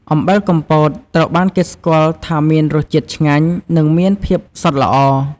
អំបិលកំពតត្រូវបានគេស្គាល់ថាមានរសជាតិឆ្ងាញ់ និងមានភាពសុទ្ធល្អ។